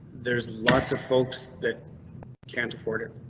there's lots of folks that can't afford it,